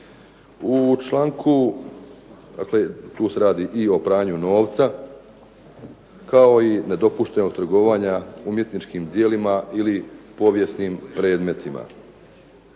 U članku, dakle tu se radi i o pranju novca kao i nedopuštenog trgovanja umjetničkim djelima ili povijesnim predmetima.